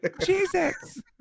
jesus